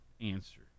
answer